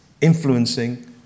influencing